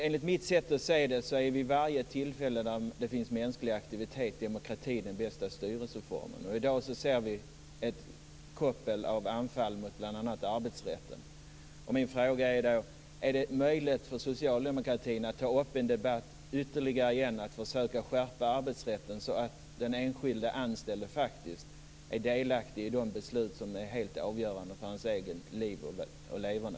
Enligt mitt sätt att se är demokratin den bästa styrelseformen vid varje tillfälle då det finns mänsklig aktivitet. I dag ser vi ett koppel av anfall mot bl.a. arbetsrätten. Min fråga är då: Är det möjligt för socialdemokratin att återigen ta upp en debatt om att försöka skärpa arbetsrätten så att den enskilde anställde faktiskt är delaktig i de beslut som är helt avgörande för hans eget liv och leverne?